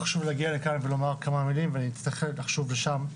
חשוב להגיע לכאן ולומר כמה מילים ואצטרך לחזור לשם.